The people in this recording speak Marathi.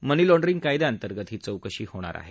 मनी लॉण्डरिंग कायद्या अंतर्गत ही चौकशी होणार आहे